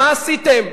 מה עשיתם?